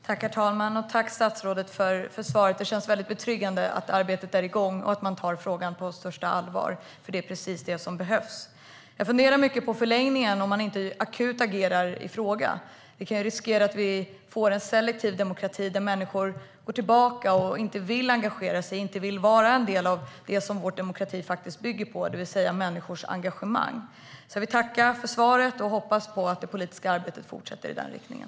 Herr talman! Tack svaret, statsrådet. Det känns väldigt betryggande att arbetet är igång och att man tar frågan på största allvar. Det är precis det som behövs. Jag funderar mycket på förlängningen om man inte akut agerar i frågan. Vi kan riskera att vi får en selektiv demokrati där människor går tillbaka och inte vill engagera sig och vara en del av det vår demokrati bygger på, nämligen människors engagemang. Jag vill tacka för svaret och hoppas på att det politiska arbetet fortsätter i den riktningen.